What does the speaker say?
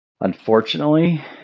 Unfortunately